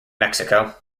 mexico